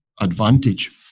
advantage